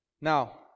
Now